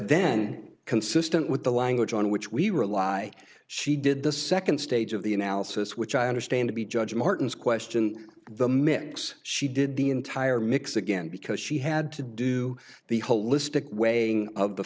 then consistent with the language on which we rely she did the second stage of the analysis which i understand to be judge martin's question the mix she did the entire mix again because she had to do the holistic waiting of the